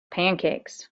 pancakes